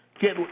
get